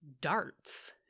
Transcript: darts